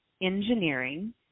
engineering